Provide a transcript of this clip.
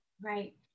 Right